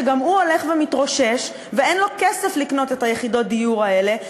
שגם הוא הולך ומתרושש ואין לו כסף לקנות את יחידות הדיור האלה.